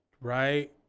Right